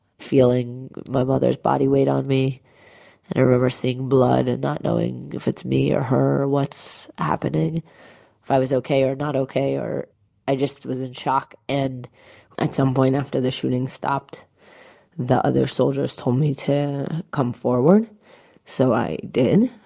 feeling my mother's body weight on me and i remember seeing blood and not knowing if it's me or her, what's happening. if i was ok or not ok or i just was in shock and at some point after the shooting stopped the other soldiers told me to come forward so i did.